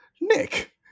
Nick